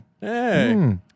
Hey